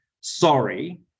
sorry